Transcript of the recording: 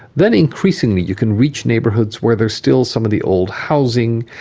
then increasingly you can reach neighbourhoods where there's still some of the old housing,